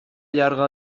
allarga